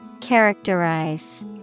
Characterize